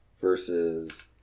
versus